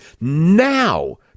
now